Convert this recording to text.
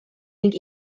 ning